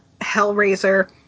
Hellraiser